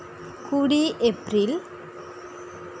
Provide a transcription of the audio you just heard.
ᱠᱩᱲᱤ ᱮᱯᱨᱤᱞ